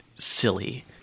silly